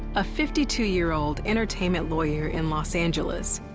a fifty two year old entertainment lawyer in los angeles,